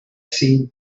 see